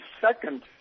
second